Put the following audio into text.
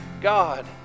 God